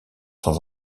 sans